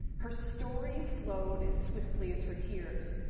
her story flowed as swiftly as her tears.